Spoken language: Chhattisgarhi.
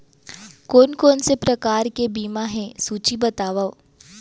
कोन कोन से प्रकार के बीमा हे सूची बतावव?